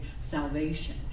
salvation